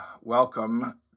welcome